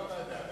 יובל.